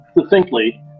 succinctly